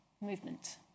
movement